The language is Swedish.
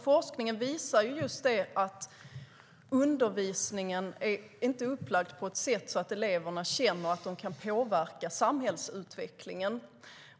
Forskningen visar att undervisningen inte är upplagd på ett sätt som gör att eleverna känner att de kan påverka samhällsutvecklingen.